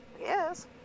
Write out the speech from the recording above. Yes